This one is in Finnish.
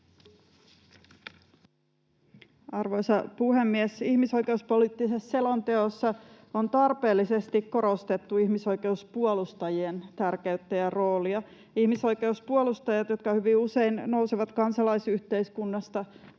Arvoisa puhemies! Ihmisoikeuspoliittisessa selonteossa on tarpeellisesti korostettu ihmisoikeuspuolustajien tärkeyttä ja roolia. Ihmisoikeuspuolustajat, jotka hyvin usein nousevat kansalaisyhteiskunnasta,